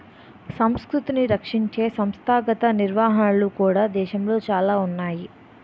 సంస్కృతిని రక్షించే సంస్థాగత నిర్వహణలు కూడా దేశంలో చాలా ఉన్నాయి